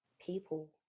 people